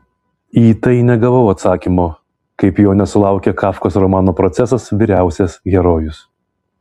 į tai negavau atsakymo kaip jo nesulaukė kafkos romano procesas vyriausias herojus